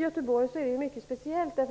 Göteborg är speciellt på